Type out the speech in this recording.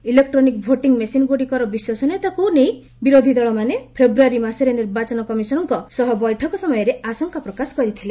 electronic voting machine ଗୁଡିକର ବିଶ୍ୱସନୀୟତା କୁ ନେଇ ବିରୋଧୀଦଳ ମାନେ ଫେବୃୟାରୀ ମାସରେ ନିର୍ବାଚନ କମିଶନର ଙ୍କ ସହ ବୈଠକ ସମୟରେ ଆଶଙ୍କା ପ୍ରକାଶ କରିଥିଲେ